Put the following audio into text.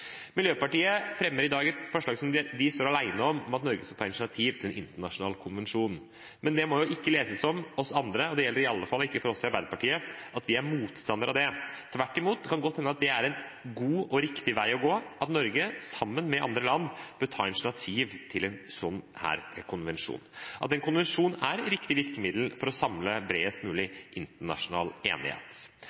Miljøpartiet De Grønne fremmer i dag et forslag som de står alene om, om at Norge skal ta initiativ til en internasjonal konvensjon. Men det må ikke leses som at vi andre – det gjelder i alle fall ikke for oss i Arbeiderpartiet – er motstandere av det. Tvert imot kan det godt hende at det er en god og riktig vei å gå, at Norge sammen med andre land bør ta initiativ til en sånn konvensjon, og at en konvensjon er riktig virkemiddel for å samle bredest mulig internasjonal enighet.